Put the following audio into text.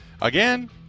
again